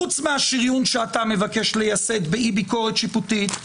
חוץ מהשריון שאתה מבקש לייסד באי-ביקורת שיפוטית,